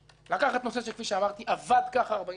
לקחת נושא שעבד כך ארבעים שנה,